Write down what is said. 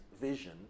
vision